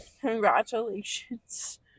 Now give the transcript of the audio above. Congratulations